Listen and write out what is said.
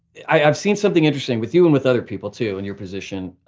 i've seen something interesting with you and with other people too, in your position.